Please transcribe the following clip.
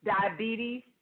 diabetes